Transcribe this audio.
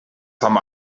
some